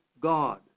God